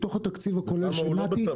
מתוך התקציב הכולל שנת"י העריכה.